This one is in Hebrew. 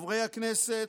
חברי הכנסת,